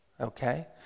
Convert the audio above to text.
Okay